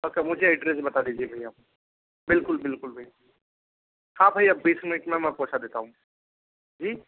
आपका मुझे एड्रेस बता दीजिए भैया बिल्कुल बिल्कुल भैया हाँ भैया बीस मिनट में मैं पहुंचा देता हूँ जी